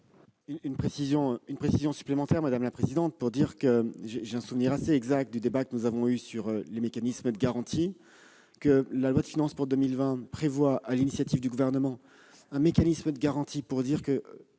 Une précision supplémentaire, madame la présidente : j'ai un souvenir assez exact du débat que nous avons eu sur les mécanismes de garantie. La loi de finances pour 2020 prévoit, sur l'initiative du Gouvernement, un mécanisme de garantie en vertu